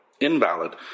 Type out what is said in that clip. invalid